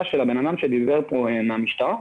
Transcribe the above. בית שאותו ילד ראה את הגראס,